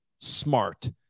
smart